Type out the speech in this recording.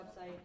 website